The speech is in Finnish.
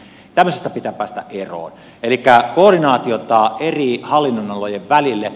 tämmöisestä pitää päästä eroon elikkä koordinaatiota eri hallinnonalojen välille